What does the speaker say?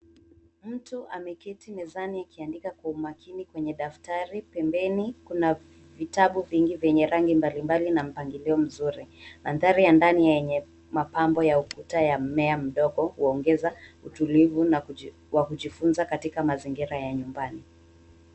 Mtu ameketi mezani akiandika kwa umakini kwenye daftari. Pembeni kuna vitabu vingi venye rangi mbalimbali na mpangilio mzuri. Mandhari ya ndani yenye mapambo ya ukuta ya mmea mdogo huongeza utulivu wa kujifunza katika mazingira ya nyumbani.